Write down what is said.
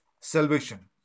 salvation